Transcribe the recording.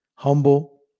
Humble